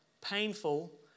painful